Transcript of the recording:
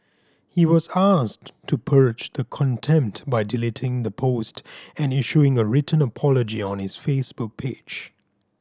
he was asked to purge the contempt by deleting the post and issuing a written apology on his Facebook page